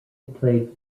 played